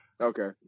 Okay